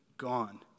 gone